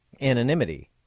anonymity